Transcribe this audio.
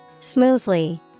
Smoothly